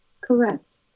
Correct